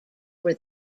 were